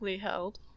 held